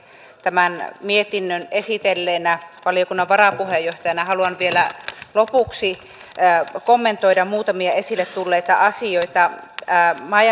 tämän mietinnön esitelleenä valiokunnan varapuheenjohtajana haluan vielä lopuksi kommentoida muutamia esille tulleita asioita